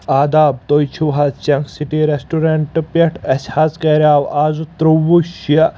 آداب تُہۍ چھِو حظ چنک سٹی ریسٹورنٹ پٮ۪ٹھ اسہِ حظ کریاو آزٕ ترٛوٚوُہ شیٚے